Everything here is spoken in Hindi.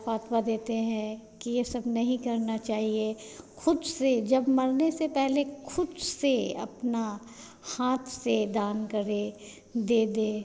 फतवा देते हैं कि यह सब नहीं करना चाहिए ख़ुद से जब मरने से पहले ख़ुद से अपने हाथ से दान करें दे दें